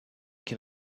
can